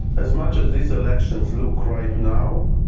as much as this election look right now,